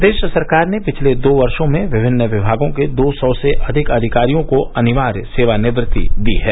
प्रदेश सरकार ने पिछले दो वर्षो में विभिन्न विभागों के दो सौ से अधिक अधिकारियों को अनिवार्य सेवानिवृत्ति दी है